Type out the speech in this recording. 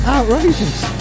Outrageous